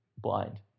blind